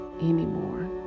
anymore